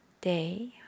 day